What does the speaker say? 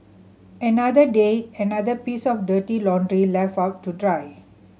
another day another piece of dirty laundry left out to dry